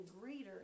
greater